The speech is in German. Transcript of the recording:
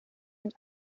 und